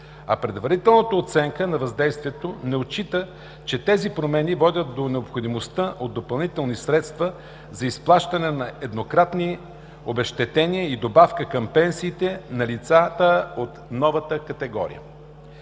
а предварителната оценка на въздействието не отчита, че тези промени водят до необходимостта от допълнителни средства за изплащане на еднократни обезщетения и добавки към пенсиите на лицата от новата категория.